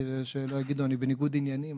כדי שלא יגידו שאני בניגוד עניינים,